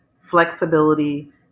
flexibility